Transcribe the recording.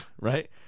right